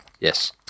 Yes